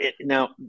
Now